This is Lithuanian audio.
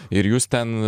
ir jūs ten